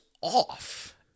off